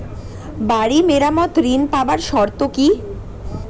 বাড়ি মেরামত ঋন পাবার শর্ত কি?